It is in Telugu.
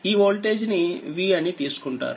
ఈ ఓల్టేజినిVఅని తీసుకుంటారు